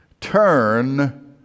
turn